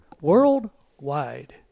Worldwide